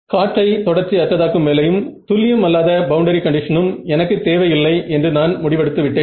காற்றை தொடர்ச்சி அற்றதாக்கும் வேலையும் துல்லியம் அல்லாத பவுண்டரி கண்டிஷனும் எனக்கு தேவை இல்லை என்று நான் முடிவெடுத்து விட்டேன்